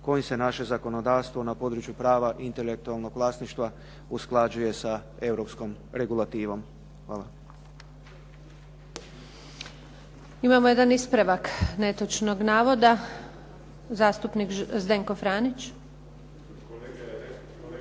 kojim se naše zakonodavstvo na području prva intelektualnog vlasništva usklađuje sa Europskom regulativnom. Hvala.